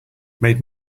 made